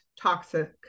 toxic